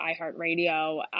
iHeartRadio